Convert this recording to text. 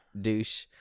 Douche